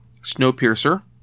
Snowpiercer